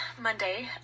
Monday